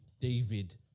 David